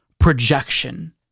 projection